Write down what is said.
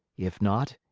if not,